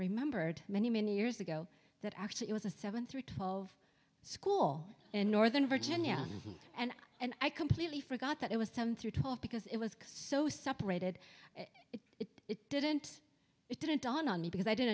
remembered many many years ago that actually it was a seven through twelve school in northern virginia and and i completely forgot that it was time through twelve because it was so separated that it didn't it didn't dawn on me because i didn't